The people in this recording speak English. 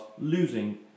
losing